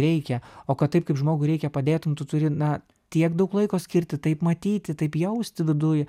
reikia o kad taip kaip žmogui reikia padėtum tu turi na tiek daug laiko skirti taip matyti taip jausti viduj